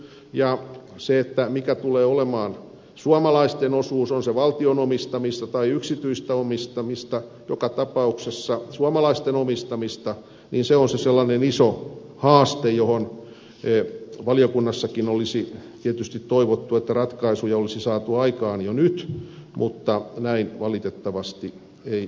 ja se mikä tulee olemaan suomalaisten osuus on se valtion omistamista tai yksityistä omistamista joka tapauksessa suomalaisten omistamista on se sellainen iso haaste johon valiokunnassakin olisi tietysti toivottu että ratkaisuja olisi saatu aikaan jo nyt mutta näin valitettavasti ei ole